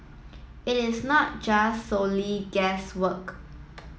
it is not just solely guesswork